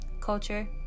culture